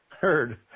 heard